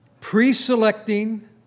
pre-selecting